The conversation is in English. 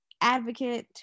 advocate